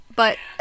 but-